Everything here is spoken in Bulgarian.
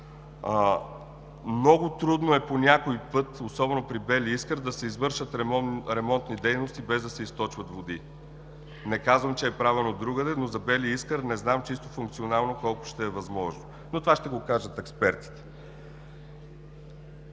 Много трудно е по някой път, особено при „Бели Искър“, да се извършат ремонтни дейности, без да се източват води. Не казвам, че е правено другаде, но за „Бели Искър“ не знам чисто функционално колко ще е възможно, но това ще го кажат експертите.